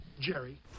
Jerry